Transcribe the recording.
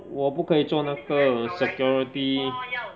我不可以做那个 security